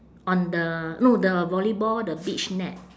on the no the volleyball the beach net